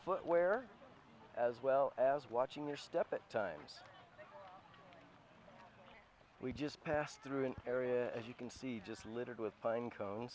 footwear as well as watching your step at times we just passed through an area as you can see just littered with pine cone